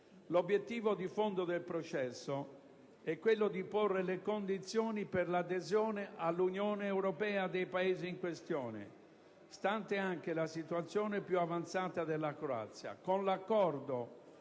L'obiettivo di fondo del processo è quello di porre le condizioni per l'adesione all'Unione europea dei Paesi in questione, stante anche la situazione più avanzata della Croazia. Con l'Accordo